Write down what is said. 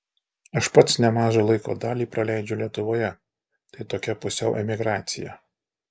aš pats nemažą laiko dalį praleidžiu lietuvoje tai tokia pusiau emigracija